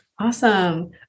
Awesome